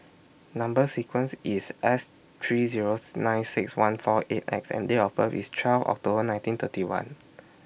Number sequence IS S three Zero nine six one four eight X and Date of birth IS twelve October nineteen thirty one